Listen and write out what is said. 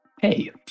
Hey